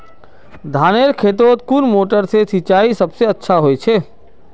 धानेर खेतोत कुन मोटर से सिंचाई सबसे अच्छा होचए?